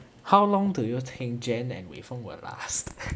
how long do you think jen and wei feng will last